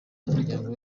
n’umuryango